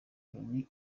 loni